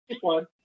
one